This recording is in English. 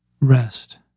rest